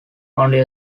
only